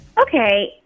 Okay